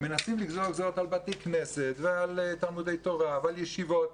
מנסים לגזור גזרות על בתי כנסת ועל תלמודי תורה ועל ישיבות.